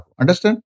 Understand